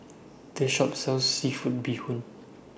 This Shop sells Seafood Bee Hoon